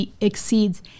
exceeds